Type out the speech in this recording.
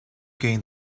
gained